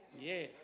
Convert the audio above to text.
Yes